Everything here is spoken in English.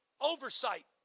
oversight